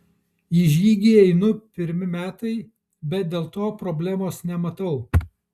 į žygį einu pirmi metai bet dėl to problemos nematau